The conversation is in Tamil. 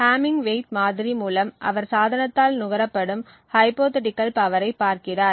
ஹம்மிங் வெயிட் மாதிரி மூலம் அவர் சாதனத்தால் நுகரப்படும் ஹைப்போதீட்டிகள் பவர் ஐ பார்க்கிறார்